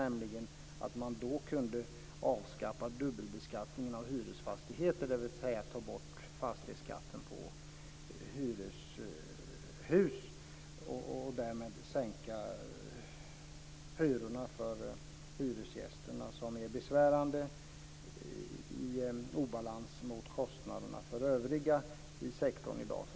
Då skulle man nämligen kunna avskaffa dubbelbeskattningen av hyresfastigheter, dvs. ta bort fastighetsskatten på hyreshus och därmed sänka de hyror för hyresgästerna som är i besvärande obalans med kostnaderna för övriga i sektorn i dag.